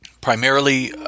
Primarily